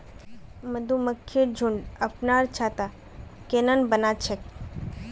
मधुमक्खिर झुंड अपनार छत्ता केन न बना छेक